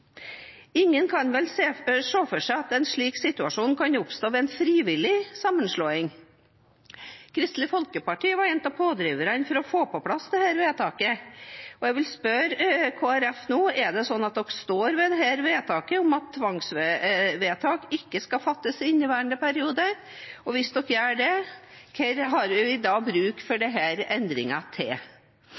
Ingen kan vel se for seg at en slik situasjon kan oppstå ved en frivillig sammenslåing. Kristelig Folkeparti var en av pådriverne for å få på plass dette vedtaket, og jeg vil spørre Kristelig Folkeparti nå om det er sånn at de står ved vedtaket om at tvangsvedtak ikke skal fattes i inneværende periode. Og hvis de gjør det, hva trenger vi da denne endringen til? Regjeringen har altså rikelig med tid til